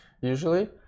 usually